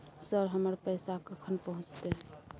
Sir, हमर पैसा कखन पहुंचतै?